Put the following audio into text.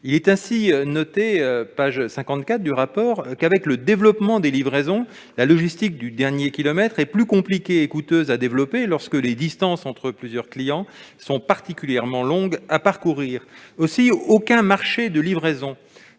Il est ainsi noté, à la page 54 de ce rapport :« Avec le développement des livraisons, la logistique du dernier kilomètre est plus compliquée et coûteuse à développer lorsque les distances entre plusieurs clients sont particulièrement longues à parcourir. Aucun marché de la livraison